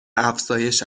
افزایش